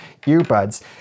earbuds